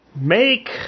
Make